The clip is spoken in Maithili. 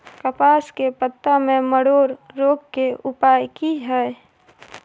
कपास के पत्ता में मरोड़ रोग के उपाय की हय?